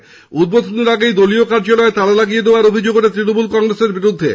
গতকাল উদ্বোধনের আগেই দলীয় কার্যালয়ে তালা লাগিয়ে দেওয়ার অভিযোগ ওঠে তৃণমূল কংগ্রেসের বিরুদ্ধে